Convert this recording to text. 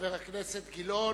חבר הכנסת גילאון,